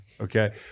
okay